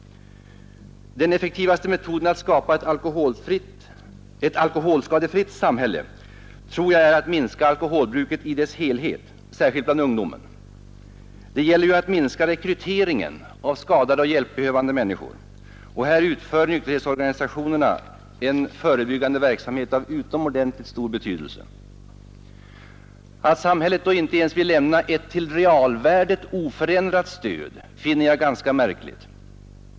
Den effektivaste metoden att skapa ett alkoholskadefritt samhälle tror jag är att minska alkoholbruket i dess helhet, särskilt bland ungdomen. Det gäller ju att minska rekryteringen av skadade och hjälpbehövande människor. Här utför nykterhetsorganisationerna en förebyggande verksamhet av utomordentligt stor betydelse. Att samhället då inte ens vill lämna ett till realvärdet oförändrat stöd finner jag ganska märkligt.